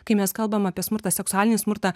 kai mes kalbam apie smurtą seksualinį smurtą